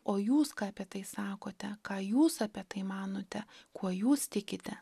o jūs ką apie tai sakote ką jūs apie tai manote kuo jūs tikite